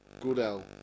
Goodell